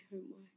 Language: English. homework